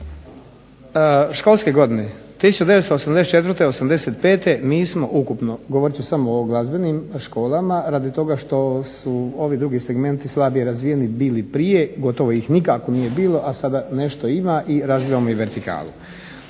školske godine 1984., '85. nismo ukupno, govorit ću samo o glazbenim školama, radi toga što su ovi drugi segmenti slabije razvijeni bili prije, gotovo ih nikako nije bilo, a sada nešto ima i razvijamo i vertikalu.